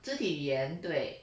肢体语言对